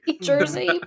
Jersey